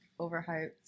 overhyped